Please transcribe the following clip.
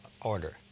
order